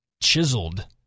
chiseled